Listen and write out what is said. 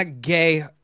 gay